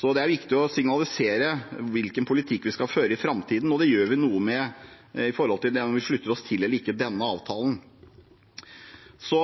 Så det er viktig å signalisere hvilken politikk vi skal føre i framtiden, og det gjør vi gjennom å slutte oss til eller ikke slutte oss til denne avtalen. Så